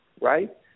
right